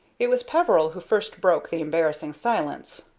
it was peveril who first broke the embarrassing silence.